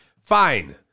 Fine